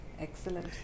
Excellent